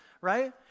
right